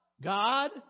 God